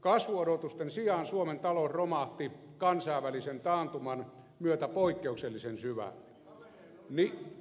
kasvuodotusten sijaan suomen talous romahti kansainvälisen taantuman myötä poikkeuksellisen syvälle